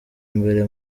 mbere